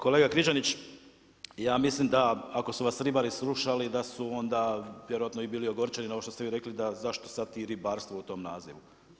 kolega Križanić, ja mislim ako su vas ribari slušali da su onda vjerojatno i bili ogorčeni na ovo što ste vi rekli da zašto sada i ribarstvo u tom nazivu.